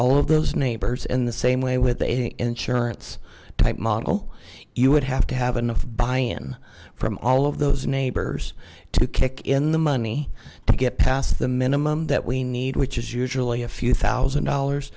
all of those neighbors in the same way with any insurance type model you would have to have enough buy in from all of those neighbors to kick in the money to get past the minimum that we need which is usually a few thousand dollars